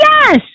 Yes